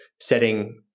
setting